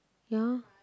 ya